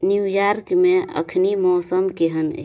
न्यूयॉर्कमे एखन मौसम केहन अछि